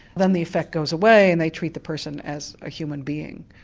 then the effect goes away and they treat the person as a human being.